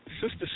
Sister